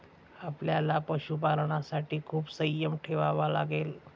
आपल्याला पशुपालनासाठी खूप संयम ठेवावा लागेल